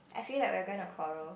I feel like we're gonna quarrel